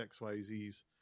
XYZs